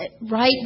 Right